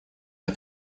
для